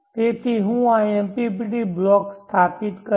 તેથી હું આ MPPT બ્લોક સ્થાપિત કરીશ